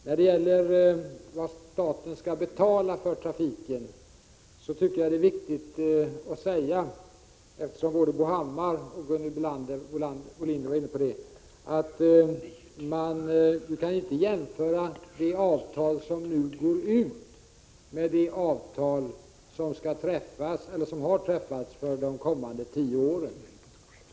När det gäller vad staten skall betala för trafiken tycker jag att det är viktigt säga, eftersom både Bo Hammar och Gunhild Bolander var inne på den frågan, att man inte kan jämföra det avtal som nu går ut med det avtal som har träffats för de kommande tio åren.